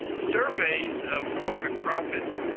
surveys of corporate profits,